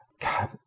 God